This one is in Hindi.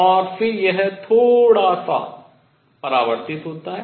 और फिर यह थोड़ा से परावर्तित होता है